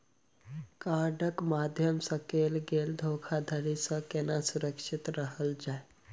कार्डक माध्यम सँ कैल गेल धोखाधड़ी सँ केना सुरक्षित रहल जाए?